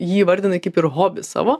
jį įvardinai kaip ir hobį savo